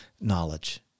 knowledge